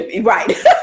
right